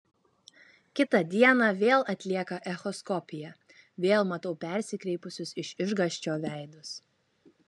kitą dieną vėl atlieka echoskopiją vėl matau persikreipusius iš išgąsčio veidus